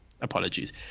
Apologies